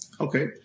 Okay